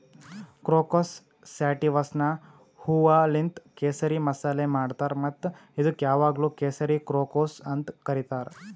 crocus ಸ್ಯಾಟಿವಸ್ನ ಹೂವೂಲಿಂತ್ ಕೇಸರಿ ಮಸಾಲೆ ಮಾಡ್ತಾರ್ ಮತ್ತ ಇದುಕ್ ಯಾವಾಗ್ಲೂ ಕೇಸರಿ ಕ್ರೋಕಸ್ ಅಂತ್ ಕರಿತಾರ್